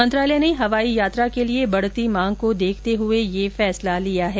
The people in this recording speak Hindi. मंत्रालय ने हवाई यात्रा के लिए बढ़ती मांग को देखते हुए यह फैसला लिया है